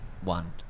one